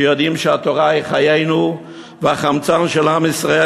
שיודעים שהתורה היא חיינו והחמצן של עם ישראל,